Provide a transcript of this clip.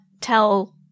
tell